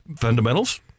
Fundamentals